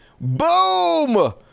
Boom